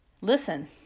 listen